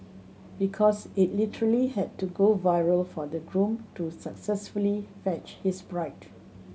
because it literally had to go viral for the groom to successfully fetch his bride